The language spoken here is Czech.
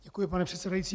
Děkuji, pane předsedající.